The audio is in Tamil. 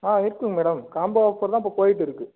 ஆ இருக்கும் மேடம் காம்போ ஆஃப்பர் தான் இப்போது போயிகிட்டிருக்கு